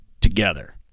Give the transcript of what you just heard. together